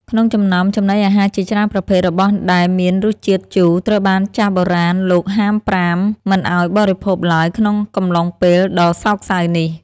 ក្នុងចំណោមចំណីអាហារជាច្រើនប្រភេទ របស់ដែលមានរសជាតិជូរត្រូវបានចាស់បុរាណលោកហាមប្រាមមិនឱ្យបរិភោគឡើយក្នុងកំឡុងពេលដ៏សោកសៅនេះ។